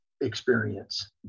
experience